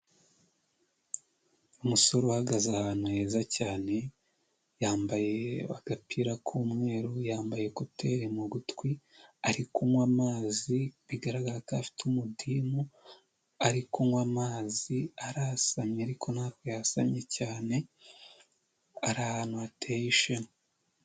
Umusore uhagaze ahantu heza cyane yambaye agapira k'umweru yambaye koteri mu gutwi ari kunywa amazi bigaragara ko afite umudimu arikunywa amazi arasamye ariko ntabwo yasamye cyane, ari ahantu hateye ishema.